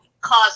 cause